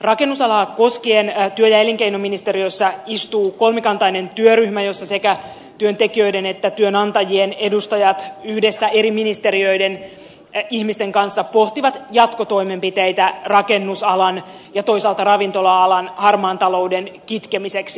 rakennusalaa koskien työ ja elinkeinoministeriössä istuu kolmikantainen työryhmä jossa sekä työntekijöiden että työnantajien edustajat yhdessä eri ministeriöiden ihmisten kanssa pohtivat jatkotoimenpiteitä rakennusalan ja toisaalta ravintola alan harmaan talouden kitkemiseksi